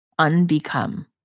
unbecome